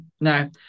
No